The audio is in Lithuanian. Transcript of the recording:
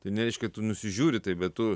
tai nereiškia tu nusižiūri tai bet tu